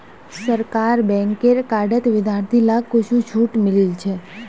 सरकारी बैंकेर कार्डत विद्यार्थि लाक कुछु छूट मिलील छ